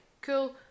cool